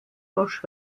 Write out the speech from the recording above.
bosch